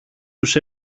τους